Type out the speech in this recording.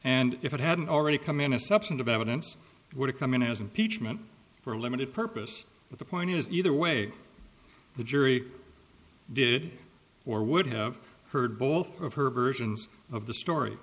and if it hadn't already come in a substantive evidence would come in as impeachment for a limited purpose but the point is either way the jury did or would have heard both of her versions of the story